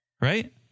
Right